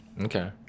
Okay